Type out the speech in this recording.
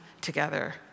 together